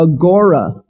agora